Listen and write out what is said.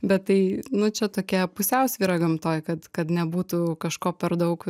bet tai nu čia tokia pusiausvyra gamtoj kad kad nebūtų kažko per daug